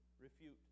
refute